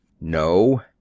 No